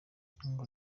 ngo